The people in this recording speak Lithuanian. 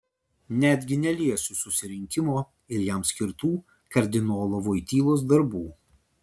netgi neliesiu susirinkimo ir jam skirtų kardinolo voitylos darbų